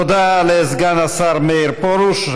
תודה לסגן השר מאיר פרוש.